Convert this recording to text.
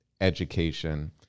education